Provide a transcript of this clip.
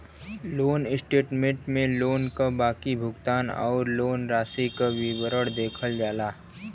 loan statement में loan क बाकी भुगतान आउर लोन राशि क विवरण देखल जाला